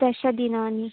दशदिनानि